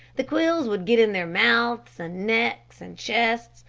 the quills would get in their mouths and necks and chests,